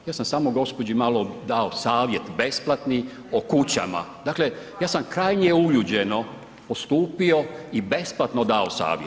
Ja sam samo gospođi malo dao savjet besplatni o kućama, dakle ja sam krajnje uljuđeno postupio i besplatno dao savjet.